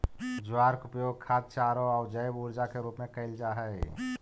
ज्वार के उपयोग खाद्य चारों आउ जैव ऊर्जा के रूप में कयल जा हई